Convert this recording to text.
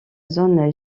zone